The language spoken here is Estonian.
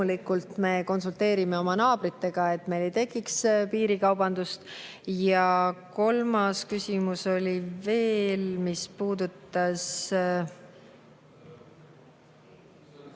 me konsulteerime oma naabritega, et meil ei tekiks piirikaubandust. Kolmas küsimus oli veel, mis puudutas